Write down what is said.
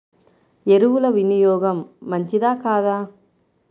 ఎరువుల వినియోగం మంచిదా కాదా?